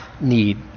need